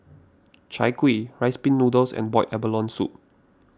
Chai Kueh Rice Pin Noodles and Boiled Abalone Soup